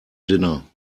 dinner